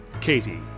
Katie